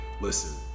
Listen